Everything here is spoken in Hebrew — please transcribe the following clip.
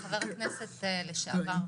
חבר הכנסת לשעבר,